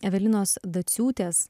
evelinos daciūtės